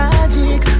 Magic